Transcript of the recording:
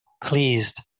pleased